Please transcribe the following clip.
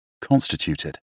constituted